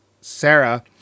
Sarah